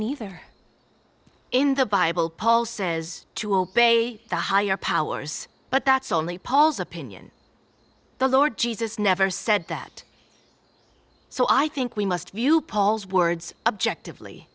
neither in the bible paul says to obey the higher powers but that's only paul's opinion the lord jesus never said that so i think we must view paul's words objective